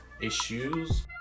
issues